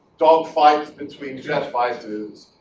dogfights between jet fighters.